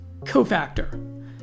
cofactor